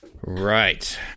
Right